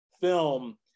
film